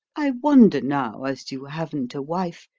i wonder, now, as you haven't a wife,